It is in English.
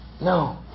No